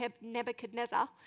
Nebuchadnezzar